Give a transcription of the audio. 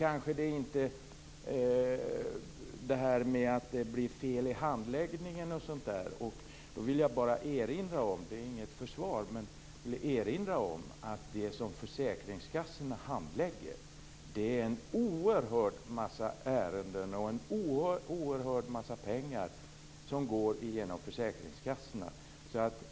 Apropå detta med fel vid handläggningen vill jag bara erinra - det är inget försvar - om att försäkringskassorna handlägger en oerhörd mängd av ärenden och att det är en oerhörd massa pengar som går genom försäkringskassorna.